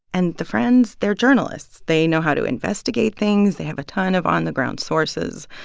and the friends, they're journalists. they know how to investigate things. they have a ton of on-the-ground sources.